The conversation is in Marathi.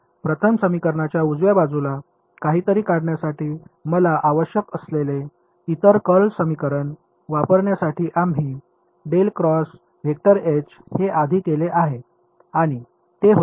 प्रथम समीकरणाच्या उजव्या बाजूला काहीतरी काढण्यासाठी मला आवश्यक असलेले इतर कर्ल समीकरण वापरण्यासाठी आम्ही हे आधी केले आहे आणि ते होते